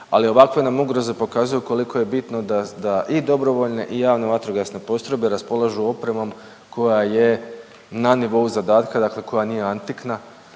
Ali ovakve nam ugroze pokazuju koliko je bitno da i dobrovoljne i javne vatrogasne postrojbe raspolažu opremom koja je na nivou zadatka, dakle koja nije antikna